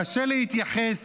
קשה להתייחס